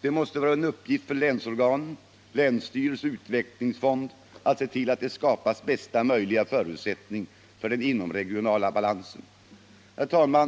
Det måste vara en uppgift för länsorganen — länsstyrelse och utvecklingsfond — att se till att det skapas bästa möjliga förutsättningar för den inomregionala balansen. Herr talman!